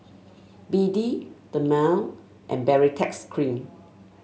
B D Dermale and Baritex Cream